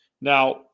now